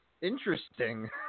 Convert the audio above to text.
Interesting